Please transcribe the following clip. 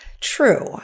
True